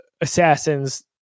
assassins